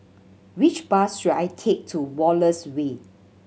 which bus should I take to Wallace Way